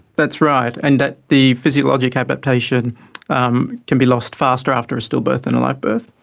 that's right, and that the physiologic adaptation um can be lost faster after a stillbirth and a live birth.